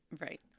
right